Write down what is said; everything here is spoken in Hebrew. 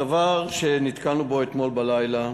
הדבר שנתקלנו בו אתמול בלילה,